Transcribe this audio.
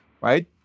right